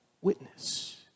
witness